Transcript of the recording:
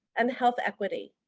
and health equity.